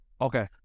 Okay